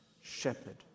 shepherd